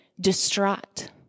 distraught